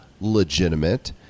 legitimate